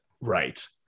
Right